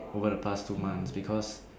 over the past two months because